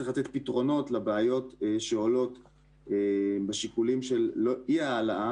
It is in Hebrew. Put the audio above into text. צריך לתת פתרונות לבעיות שעולות בשיקולים של אי העלאה,